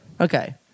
Okay